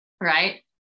Right